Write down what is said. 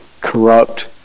corrupt